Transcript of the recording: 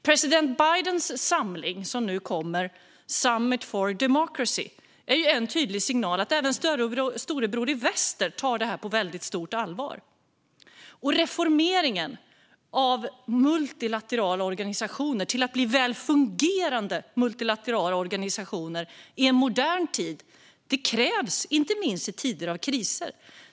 President Bidens samling, Summit for Democracy, är en tydlig signal om att även storebror i väster tar detta på väldig stort allvar. Reformeringen av multilaterala organisationer för att de ska bli välfungerande i en modern tid är helt avgörande, inte minst i tider av kriser.